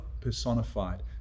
personified